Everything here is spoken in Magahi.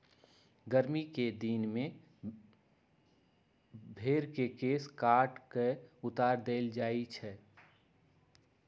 गरमि कें दिन में भेर के केश काट कऽ उतारल जाइ छइ